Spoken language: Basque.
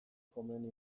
komeni